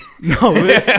No